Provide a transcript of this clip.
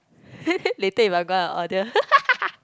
later if I go out I go and order